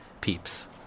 peeps